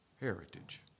heritage